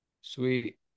Sweet